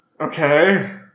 okay